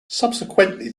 subsequently